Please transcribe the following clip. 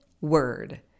word